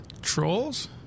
Trolls